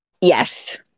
yes